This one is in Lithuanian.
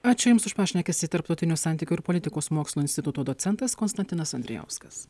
ačiū jums už pašnekesį tarptautinių santykių ir politikos mokslų instituto docentas konstantinas andrijauskas